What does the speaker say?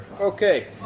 Okay